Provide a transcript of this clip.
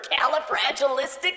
califragilistic